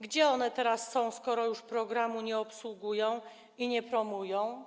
Gdzie one teraz są, skoro już programu nie obsługują ani nie promują?